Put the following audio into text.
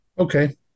Okay